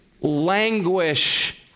languish